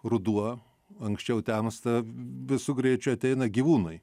ruduo anksčiau temsta visu greičiu ateina gyvūnai